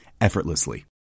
effortlessly